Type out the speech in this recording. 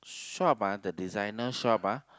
shop ah the designer shop ah